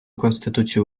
конституції